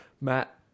Matt